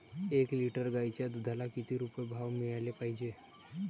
एक लिटर गाईच्या दुधाला किती रुपये भाव मिळायले पाहिजे?